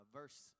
verse